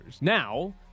Now